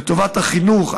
לטובת החינוך,